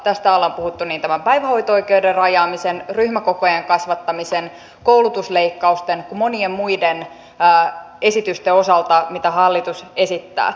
tästä ollaan puhuttu niin tämän päivähoito oikeuden rajaamisen ryhmäkokojen kasvattamisen koulutusleikkausten kuin monien muiden esitysten osalta mitä hallitus esittää